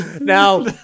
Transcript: Now